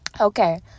okay